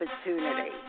opportunity